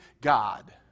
God